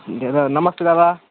ए नमस्ते दादा